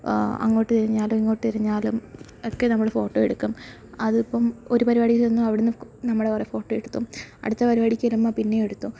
അങ്ങോട്ടു തിരിഞ്ഞാലും ഇങ്ങോട്ടു തിരിഞ്ഞാലും ഒക്കെ നമ്മൾ ഫോട്ടോ എടുക്കും അതിപ്പം ഒരു പരിപാടിയില് നിന്നും അവിടെ നിന്നു നമ്മള് കുറേ ഫോട്ടോ എടുക്കും അടുത്ത പരിപാടിക്ക് വരുമ്പോൾ പിന്നെയും എടുക്കും